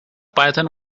python